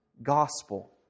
Gospel